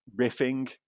riffing